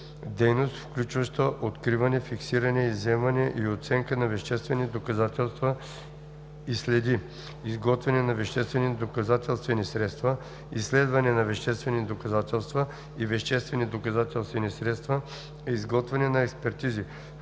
дейност, включваща откриване, фиксиране, изземване и оценка на веществени доказателства и следи, изготвяне на веществени доказателствени средства, изследване на веществени доказателства и веществени доказателствени средства и изготвяне на експертизи,